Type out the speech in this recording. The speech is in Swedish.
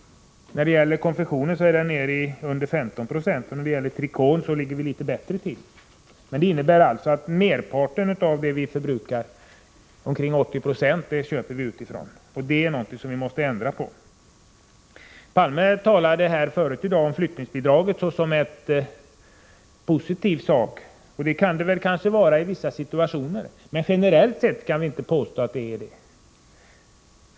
När det gäller konfektionen är den nere under 15 96, och när det gäller trikåer ligger vi litet bättre till, men merparten av det vi förbrukar, omkring 80 9, köps utifrån, och det är någonting som vi måste ändra på. Palme talade förut i dag om flyttningsbidraget som en positiv sak. Det kan det kanske vara i vissa situationer, men generellt sett kan man inte påstå att det förhåller sig så.